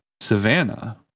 Savannah